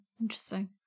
Interesting